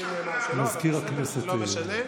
לי נאמר שלא, אבל לא משנה.